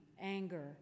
anger